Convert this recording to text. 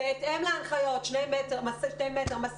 הכול צריך להיות בהתאם להנחיות: שני מטר, מסכות.